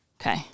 Okay